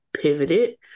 pivoted